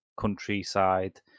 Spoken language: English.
countryside